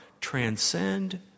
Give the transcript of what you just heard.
transcend